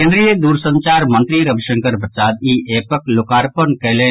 केन्द्रीय दूरसंचार मंत्री रविशंकर प्रसाद ई एपक लोकार्पण कयलनि